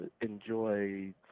enjoy